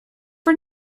for